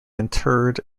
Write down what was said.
interred